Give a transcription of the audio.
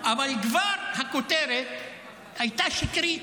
אבל כבר הכותרת הייתה שקרית.